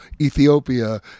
Ethiopia